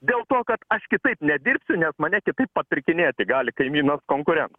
dėl to kad aš kitaip nedirbsiu nes mane kitaip papirkinėti gali kaimynas konkurentas